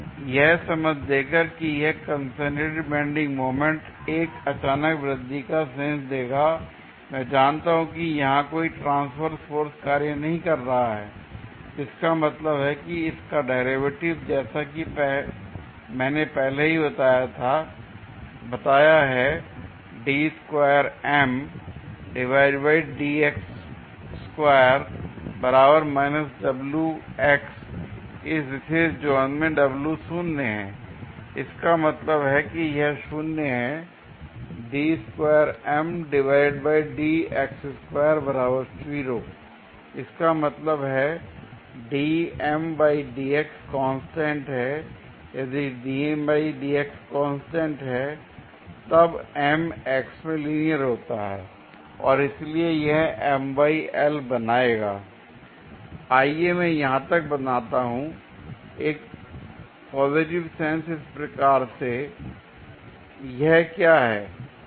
यह समझ देकर की यह कंसंट्रेटेड बेंडिंग मोमेंट एक अचानक वृद्धि का सेंस देगा l मैं जानता हूं कि यहां कोई ट्रांसवर्स फोर्स कार्य नहीं कर रहा है जिसका मतलब है इसका डेरिवेटिव जैसा की मैंने पहले ही बताया है इस विशेष जोन में w शून्य है l इसका मतलब है यह 0 हैं इसका मतलब है कांस्टेंट है l यदि कांस्टेंट है तब M x में लीनियर होता है l और इसलिए यह बनाएगा आइए मैं यहां तक बनाता हूं एक पॉजिटिव सेंस इस प्रकार से l यह क्या है